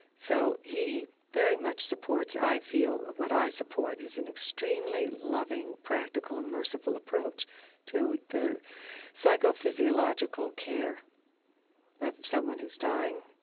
so he very much supports, i feel, of what i support is an extremely loving, practical and merciful approach to the psychophysiological care of someone who's dying